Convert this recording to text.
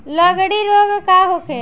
लगंड़ी रोग का होखे?